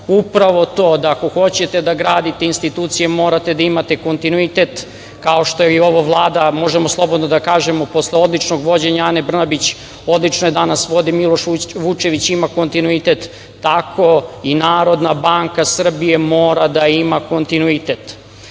upravo to da ako hoćete da gradite institucije, morate da imate kontinuitet, kao što i ova Vlada, možemo slobodno da kažemo posle odličnog vođenja Ane Brnabić, odlično je danas vodi danas Miloš Vučević, ima kontinuitet, tako i Narodna banka Srbije mora da ima kontinuitet.